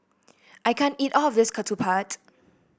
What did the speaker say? I can't eat all of this ketupat